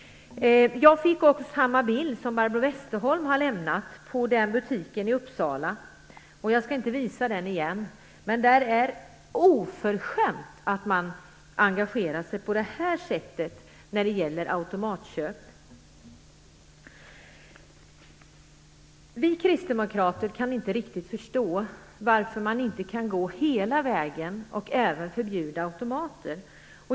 Jag har också fått samma bild som den Barbro Westerholm tidigare har visat på butiken i Uppsala. Jag skall inte visa den igen, men det är oförskämt att man engagerar sig på det sättet när det gäller automatköp. Vi kristdemokrater kan inte riktigt förstå varför man inte kan gå hela vägen och även förbjuda automater.